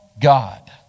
God